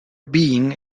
being